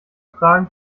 fragen